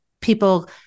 people